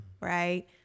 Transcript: Right